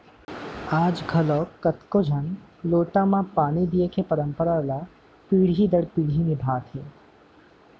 आज घलौक कतको झन लोटा म पानी दिये के परंपरा ल पीढ़ी दर पीढ़ी निभात हें